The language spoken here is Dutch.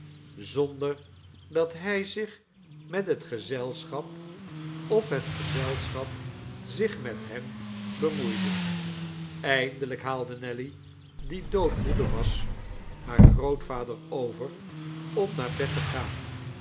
zonder dat hij zich met het gezelschap of het gezelschap zich met hem bemoeide eindelijk haalde nelly die doodmoede was haar grootvader over om naar bed te gaan